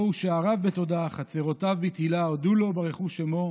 בֺּאו שעריו בתודה חצרֺתיו בתהׅלה הודו לו ברכו שמו.